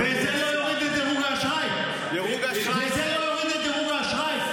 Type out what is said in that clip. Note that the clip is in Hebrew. וזה לא יוריד את דירוג האשראי.